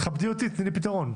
תכבדי אותי ותני לי פתרון.